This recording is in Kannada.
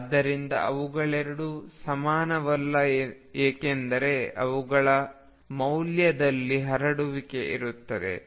ಅದರೆ ಅವುಗಳೆರಡೂ ಸಮಾನವಲ್ಲ ಏಕೆಂದರೆ ಅವುಗಳ ಮೌಲ್ಯದಲ್ಲಿ ಹರಡುವಿಕೆ ಇದೆ